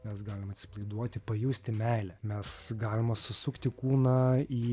mes galim atsipalaiduoti pajusti meilę mes galima susukti kūną į